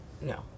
No